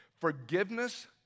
forgiveness